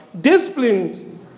disciplined